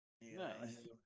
Nice